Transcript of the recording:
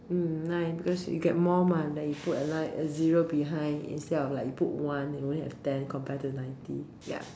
mm nine because you get more mah then you put a nine a zero behind instead of like you put one then you only have ten compared to ninety ya